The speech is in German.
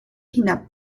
hinab